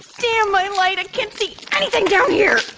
damn, my light. i can't see anything down here!